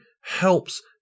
helps